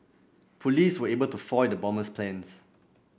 police were able to foil the bombers plans